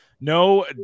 No